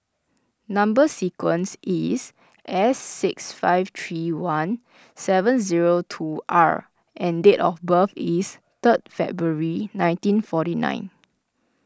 Number Sequence is S six five three one seven zero two R and date of birth is third February nineteen forty nine